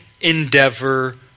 endeavor